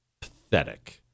Pathetic